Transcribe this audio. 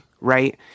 Right